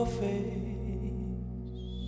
face